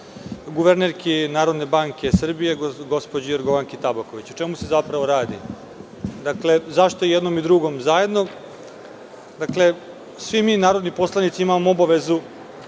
guvernerki Narodne banke Srbije, gospođi Jorgovanki Tabaković. O čemu se zapravo radi? Zašto jednom i drugom zajedno? Svi mi narodni poslanici imamo obavezu